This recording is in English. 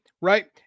right